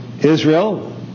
Israel